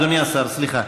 אדוני השר, סליחה.